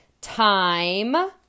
Time